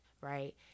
right